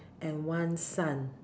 and one sun